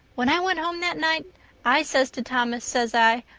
when i went home that night i says to thomas, says i,